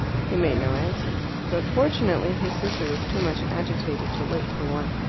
he made no answer. but fortunately his sister was too much agitated to wait for one.